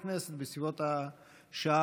הכנסת, שעה